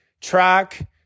track